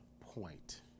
point